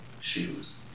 shoes